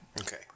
Okay